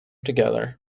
together